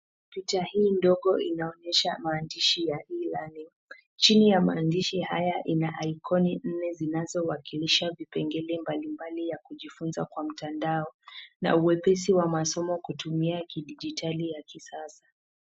Picha hii ndogo inaonyesha maandishi ya, e-learning. Chini ya maandishi haya ina icon nne zinazowakilisha vipengele mbalimbali ya kujifunza kwa mtandao na uwepesi wa masomo kutumia kidijitali ya kisasa.